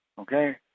okay